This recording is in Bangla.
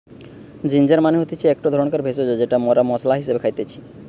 জিঞ্জার মানে হতিছে একটো ধরণের ভেষজ যেটা মরা মশলা হিসেবে খাইতেছি